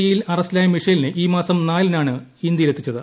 E യിൽ അറസ്റ്റിലായ മിഷേലിനെ ഈ മാസം നാലിനാണ് ഇന്ത്യയിലെത്തിച്ചത്